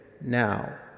now